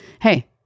hey